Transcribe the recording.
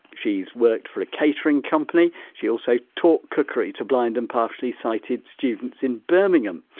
she's worked for a catering company, she also taught cookery to blind and partially sighted students in birmingham.